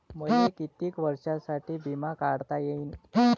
मले कितीक वर्षासाठी बिमा काढता येईन?